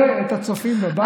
ואת הצופים בבית.